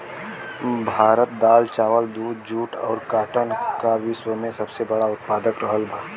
भारत दाल चावल दूध जूट और काटन का विश्व में सबसे बड़ा उतपादक रहल बा